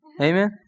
Amen